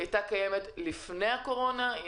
התופעה הזו הייתה קיימת לפני הקורונה,